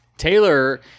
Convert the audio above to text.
Taylor